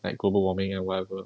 like global warming and whatever